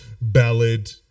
ballad